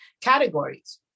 categories